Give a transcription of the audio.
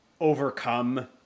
overcome